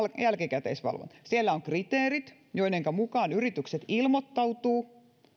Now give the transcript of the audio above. jälkikäteisvalvonta siellä on kriteerit joidenka mukaan yritykset ilmoittautuvat